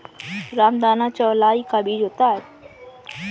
रामदाना चौलाई का बीज होता है